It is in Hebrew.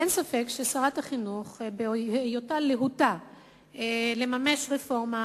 אין ספק ששרת החינוך, בהיותה להוטה לממש רפורמה